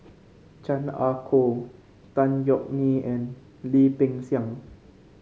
Chan Ah Kow Tan Yeok Nee and Lim Peng Siang